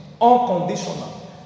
Unconditional